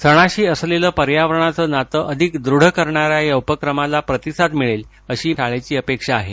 सणाशी असलेलं पर्यावरणाचं नातं अधिक दृढ करणाऱ्या या उपक्रमाला प्रतिसाद मिळेल अशी मतिमंदांच्या या शाळेला अपेक्षा आहे